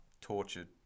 tortured